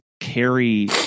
carry